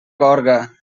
gorga